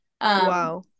Wow